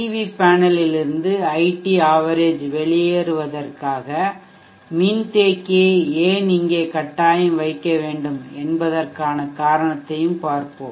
we பேனலில் இருந்து IT average வெளியேறுவதற்காக மின்தேக்கியை ஏன் இங்கே கட்டாயம் வைக்க வேண்டும் என்பதற்கான காரணத்தையும் பார்ப்போம்